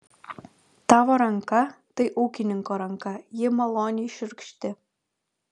tavo ranka tai ūkininko ranka ji maloniai šiurkšti